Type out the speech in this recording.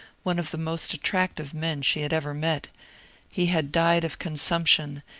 one of the most attractive men she had ever met he had died of consumption,